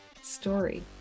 story